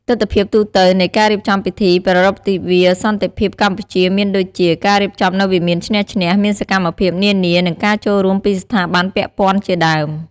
ទិដ្ឋភាពទូទៅនៃការរៀបចំពិធីប្រារព្ធទិវាសន្តិភាពកម្ពុជាមានដូចជា ការរៀបចំនៅវិមានឈ្នះ-ឈ្នះ មានសកម្មភាពនានា និងការចូលរួមពីស្ថាប័នពាក់ព័ន្ធជាដើម។